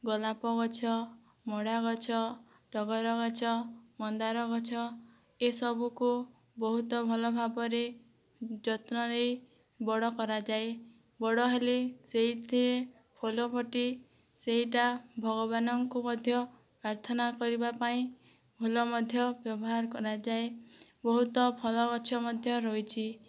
ଗୋଲାପଗଛ ମଡ଼ାଗଛ ଟଗରଗଛ ମନ୍ଦାରଗଛ ଏସବୁକୁ ବହୁତ ଭଲ ଭାବରେ ଯତ୍ନ ନେଇ ବଡ଼ କରାଯାଏ ବଡ଼ ହେଲେ ସେଇଥିରେ ଫୁଲଫୁଟି ସେଇଟା ଭଗବାନଙ୍କୁ ମଧ୍ୟ ପ୍ରାର୍ଥନା କରିବା ପାଇଁ ଫୁଲ ମଧ୍ୟ ବ୍ୟବହାର କରାଯାଏ ବହୁତ ଫଳ ଗଛ ମଧ୍ୟ ରହିଛି